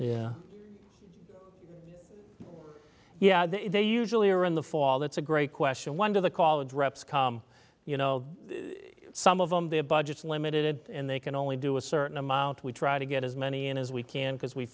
yeah they usually are in the fall that's a great question one of the called reps come you know some of them their budgets limited and they can only do a certain amount we try to get as many in as we can because we